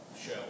show